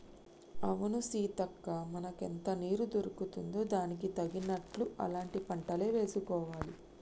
అవును సీతక్క మనకెంత నీరు దొరుకుతుందో దానికి తగినట్లు అలాంటి పంటలే వేసుకోవాలి